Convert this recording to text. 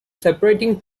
separating